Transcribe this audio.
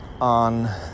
on